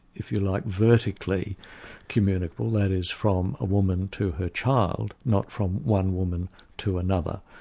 if you like, vertically communicable. that is from a woman to her child, not from one woman to another,